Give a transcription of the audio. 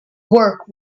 work